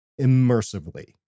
immersively